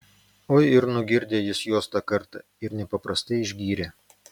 oi ir nugirdė jis juos tą kartą ir nepaprastai išgyrė